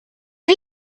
wie